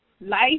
life